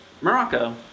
Morocco